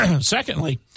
Secondly –